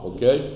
Okay